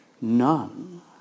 none